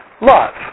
love